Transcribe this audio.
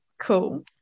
Cool